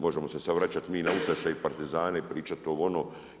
Možemo se sad vraćati mi na ustaše i partizane i pričati ovo, ono.